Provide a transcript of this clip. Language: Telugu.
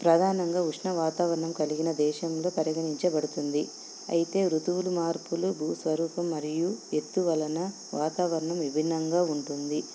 ప్రధానంగా ఉష్ణ వాతావరణం కలిగిన దేశంలో పరిగణించబడుతుంది అయితే ఋతువులు మార్పులు భూస్వరూపం మరియు ఎత్తు వలన వాతావరణం విభిన్నంగా ఉంటుంది